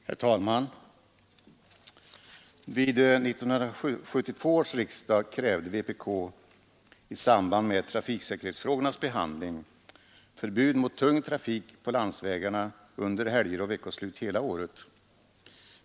Herr talman! Vid 1972 års riksdag krävde vpk i samband med trafiksäkerhetsfrågornas behandling förbud mot tung trafik på landsvägarna under helger och veckoslut hela året.